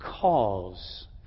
cause